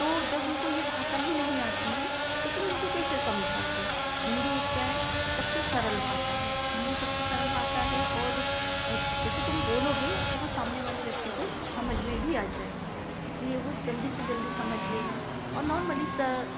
तो जब उनको ये भाषा ही नहीं आती है तो तुम उनको कैसे समझाओगे हिंदी एक क्या है सबसे सरल भाषा है हिंदी सबसे सरल भाषा है और जैसे तुम बोलोगे तो वो सामने वाले व्यक्ति को समझ में भी आ जाएगा इसलिए वो जल्दी से जल्दी समझ लेगा और नॉर्मली स